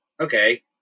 okay